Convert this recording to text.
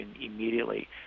immediately